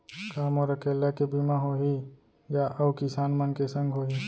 का मोर अकेल्ला के बीमा होही या अऊ किसान मन के संग होही?